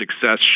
success